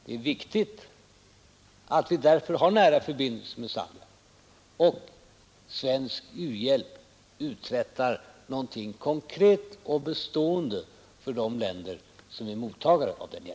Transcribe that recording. Det är därför viktigt att vi har nära förbindelser med Zambia — att svensk u-hjälp uträttar någonting konkret och bestående för de länder som är mottagare av hjälpen.